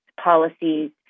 policies